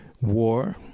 War